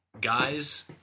Guys